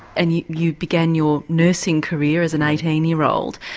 and you you began your nursing career as an eighteen year old.